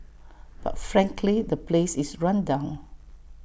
but frankly the place is run down